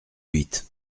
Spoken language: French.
huit